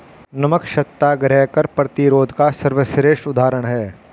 नमक सत्याग्रह कर प्रतिरोध का सर्वश्रेष्ठ उदाहरण है